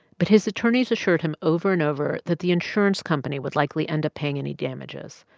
but his attorneys assured him over and over that the insurance company would likely end up paying any damages,